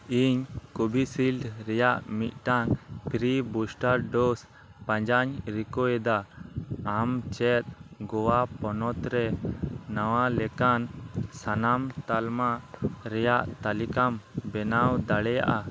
ᱤᱧ ᱠᱳᱵᱷᱤᱥᱤᱞᱰ ᱨᱮᱭᱟᱜ ᱢᱤᱫᱴᱟᱝ ᱯᱷᱨᱤ ᱵᱩᱥᱴᱟᱨ ᱰᱳᱡ ᱯᱟᱸᱡᱟᱧ ᱨᱤᱠᱟᱹᱭᱮᱫᱟ ᱟᱢ ᱪᱮᱫ ᱜᱳᱣᱟ ᱯᱚᱱᱚᱛ ᱨᱮ ᱱᱚᱣᱟ ᱞᱮᱠᱟᱱ ᱥᱟᱱᱟᱢ ᱛᱟᱞᱢᱟ ᱨᱮᱭᱟᱜ ᱛᱟᱹᱞᱤᱠᱟᱢ ᱵᱮᱱᱟᱣ ᱫᱟᱲᱮᱭᱟᱜᱼᱟ